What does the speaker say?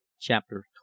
Chapter